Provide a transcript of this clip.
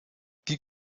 die